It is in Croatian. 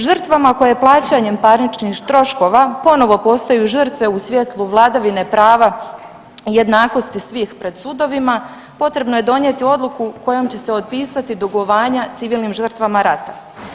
Žrtvama koje plaćanjem parničnih troškova ponovo postaju žrtve u svjetlu vladavine prava i jednakosti svih pred sudovima, potrebno je donijeti odluku kojim će se otpisati dugovanja civilnim žrtvama rata.